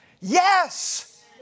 Yes